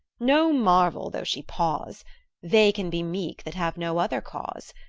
no marvel though she pause they can be meek that have no other cause.